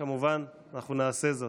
כמובן, אנחנו נעשה זאת.